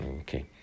okay